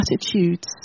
attitudes